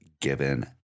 given